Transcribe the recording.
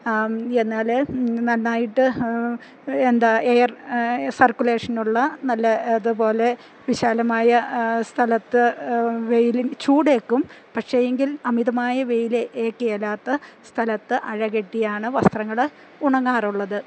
എന്നാല് നന്നായിട്ട് എന്താ എയർ സർക്കുലേഷനുള്ള നല്ല അതുപോലെ വിശാലമായ സ്ഥലത്ത് വെയിലും ചൂടേല്ക്കും പക്ഷേ എങ്കിൽ അമിതമായ വെയില് ഏല്ക്കുകേലാത്ത സ്ഥലത്ത് അഴകെട്ടിയാണ് വസ്ത്രങ്ങള് ഉണങ്ങാറുള്ളത്